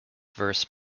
verse